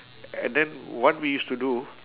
and then what we used to do